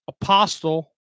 Apostle